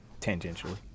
tangentially